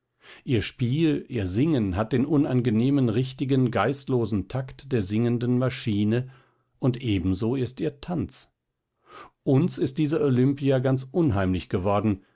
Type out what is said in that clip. ihr spiel ihr singen hat den unangenehm richtigen geistlosen takt der singenden maschine und ebenso ist ihr tanz uns ist diese olimpia ganz unheimlich geworden